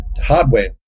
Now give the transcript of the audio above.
hardware